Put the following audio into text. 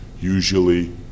usually